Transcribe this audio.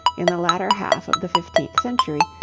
in the latter half of the fifteenth century,